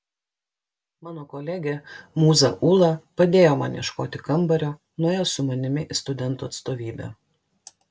mano kolegė mūza ūla padėjo man ieškoti kambario nuėjo su manimi į studentų atstovybę